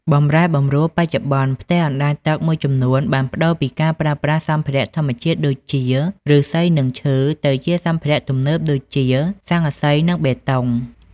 បម្រែបម្រួលបច្ចុប្បន្ន ផ្ទះអណ្ដែតទឹកមួយចំនួនបានប្ដូរពីការប្រើប្រាស់សម្ភារៈធម្មជាតិដូចជាឫស្សី និងឈើ ទៅជាសម្ភារៈទំនើបដូចជា ស័ង្កសី និងបេតុង។